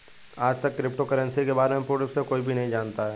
आजतक cryptocurrency के बारे में पूर्ण रूप से कोई भी नहीं जानता है